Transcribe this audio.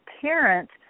parent's